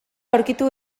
aurkitu